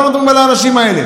אנחנו לא מדברים על האנשים האלה.